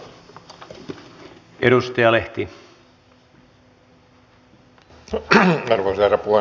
arvoisa herra puhemies